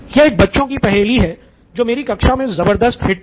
यह एक बच्चों की पहेली है जो मेरी कक्षा में जबरदस्त हिट थी